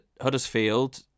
Huddersfield